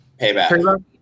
payback